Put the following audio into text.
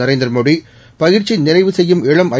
நரேந்திரமோடி பயிற்சி நிறைவு செய்யும் இளம் ஐ